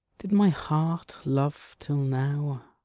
did my heart love till now?